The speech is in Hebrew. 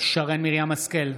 שרן מרים השכל,